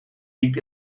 liegt